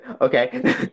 Okay